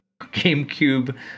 gamecube